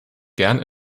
gern